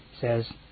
says